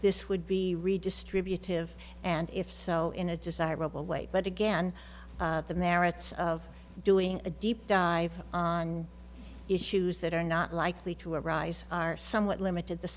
this would be redistributive and if so in a desirable way but again the merits of doing a deep dive on issues that are not likely to arise are somewhat limited the